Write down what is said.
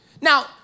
Now